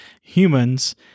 humans—